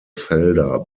felder